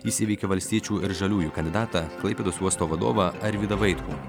jis įveikė valstiečių ir žaliųjų kandidatą klaipėdos uosto vadovą arvydą vaitkų